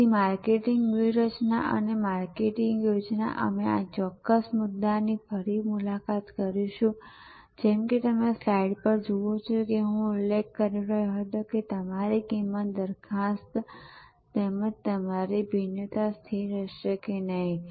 તેથી માર્કેટિંગ વ્યૂહરચના અને માર્કેટિંગ યોજના અમે આ ચોક્કસ મુદ્દાની ફરી મુલાકાત કરીશું અને જેમ કે તમે સ્લાઇડ પર જુઓ છો તેમ હું ઉલ્લેખ કરી રહ્યો હતો કે તમારી કિંમતની દરખાસ્ત તેમજ તમારી ભિન્નતા સ્થિર રહેશે નહીં